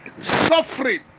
suffering